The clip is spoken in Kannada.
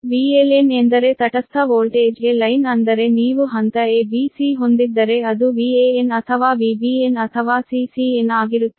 VLN ಎಂದರೆ ತಟಸ್ಥ ವೋಲ್ಟೇಜ್ಗೆ ಲೈನ್ ಅಂದರೆ ನೀವು ಹಂತ a b c ಹೊಂದಿದ್ದರೆ ಅದು Van ಅಥವಾ Vbn ಅಥವಾ Ccn ಆಗಿರುತ್ತದೆ